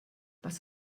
was